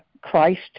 Christ